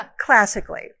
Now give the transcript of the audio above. classically